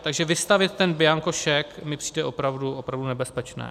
Takže vystavit ten bianko šek mi přijde opravdu, opravdu nebezpečné.